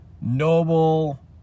noble